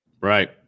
Right